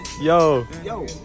yo